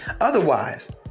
otherwise